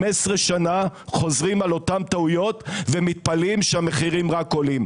15 שנה חוזרים על אותן טעויות ומתפלאים שהמחירים רק עולים.